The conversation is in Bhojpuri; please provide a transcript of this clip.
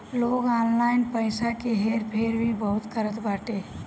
लोग ऑनलाइन पईसा के हेर फेर भी बहुत करत बाटे